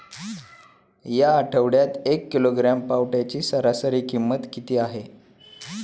या आठवड्यात एक किलोग्रॅम पावट्याची सरासरी किंमत किती आहे?